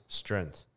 strength